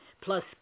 plus